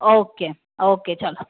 okay okay ચલો